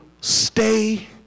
stay